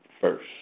first